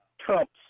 Trump's